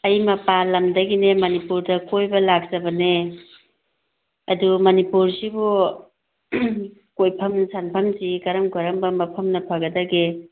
ꯑꯩ ꯃꯄꯥꯟ ꯂꯝꯗꯒꯤꯅꯦ ꯃꯅꯤꯄꯨꯔꯗ ꯀꯣꯏꯕ ꯂꯥꯛꯆꯕꯅꯦ ꯑꯗꯨ ꯃꯅꯤꯄꯨꯔꯁꯤꯕꯨ ꯀꯣꯏꯐꯝ ꯁꯟꯐꯝꯁꯤ ꯀꯔꯝ ꯀꯔꯝꯕ ꯃꯐꯝꯅ ꯐꯒꯗꯒꯦ